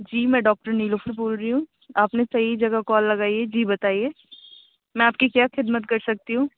جی میں ڈاکٹر نیلوفر بول رہی ہوں آپ نے صحیح جگہ کال لگائی ہے جی بتائیے میں آپ کی کیا خدمت کر سکتی ہوں